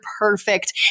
perfect